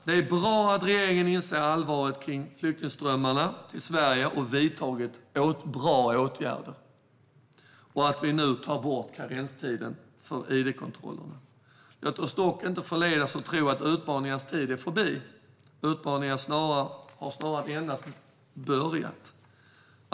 Det är bra att regeringen inser allvaret med flyktingströmmarna till Sverige och har vidtagit åtgärder och att vi nu tar bort karenstiden för id-kontroller. Låt oss dock inte förledas att tro att utmaningarnas tid är förbi. Snarare har de bara börjat.